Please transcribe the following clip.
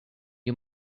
you